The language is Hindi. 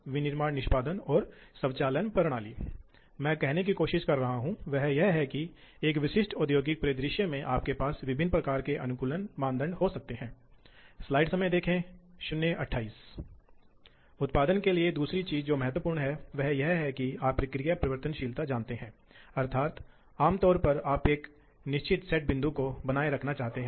अब हम देखते हैं कि एक विशेष भाग कार्यक्रम में वास्तव में आप जानते हैं कि एक आंशिक कार्यक्रम कुछ भी नहीं है लेकिन वे वास्तव में विशेष रूप हैं जिसमें निर्माण लोग परिचित और सुविधाजनक रहे हैं लेकिन अन्यथा यह पसंद है आप बस कुछ ऑपरेशन निर्दिष्ट करते हैं